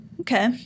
Okay